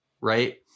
right